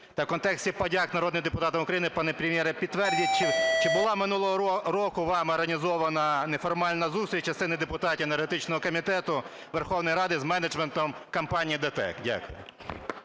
в контексті подяк народним депутатам України, пане Прем'єре, підтвердіть, чи була минулого року вами організована неформальна зустріч частини депутатів енергетичного комітету Верховної Ради з менеджментом компанії ДТЕК? Дякую.